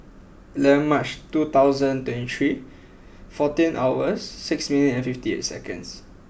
eleven March two thousand twenty three fourteen hours six minute and fifty eight seconds